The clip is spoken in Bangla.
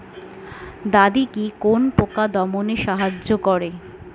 দাদেকি কোন পোকা দমনে সাহায্য করে?